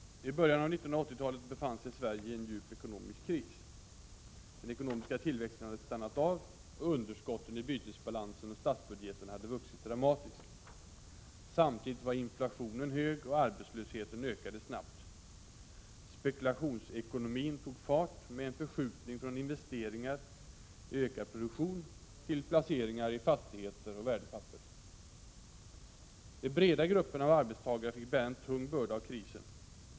I början av 1980-talet befann sig Sverige i en djup ekonomisk kris. Den ekonomiska tillväxten hade stannat av, och underskotten i bytesbalansen och statsbudgeten hade vuxit dramatiskt. Samtidigt var inflationen hög, och arbetslösheten ökade snabbt. Spekulationsekonomin tog fart med en förskjutning från investeringar i ökad produktion till placeringar i fastigheter och värdepapper. De breda grupperna av arbetstagare fick bära en tung börda av krisen.